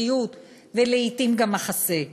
בריאות ולעתים גם מחסה,